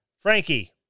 Frankie